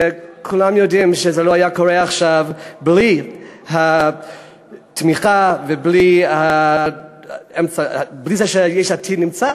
וכולם יודעים שזה לא היה קורה עכשיו בלי התמיכה ובלי זה שיש עתיד נמצאת